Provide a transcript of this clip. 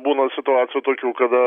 būna situacijų tokių kada